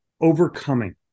overcoming